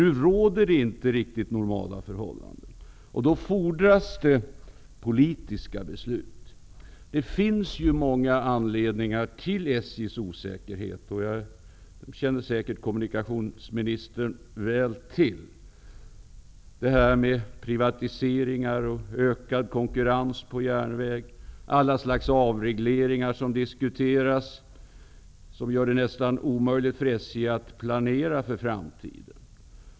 Det råder nu emellertid inte normala förhållanden, och därför fordras det politiska beslut. Det finns ju många anledningar till SJ:s osäkerhet, och dem känner kommunikationsministern säkert väl till, t.ex. detta med privatiseringar och ökad konkurrens på järnväg samt alla slags avregleringar som diskuteras och som gör det nästan omöjligt för SJ att planera inför framtiden.